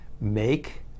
make